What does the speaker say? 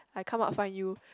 I come out find you